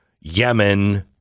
Yemen